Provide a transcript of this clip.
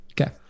Okay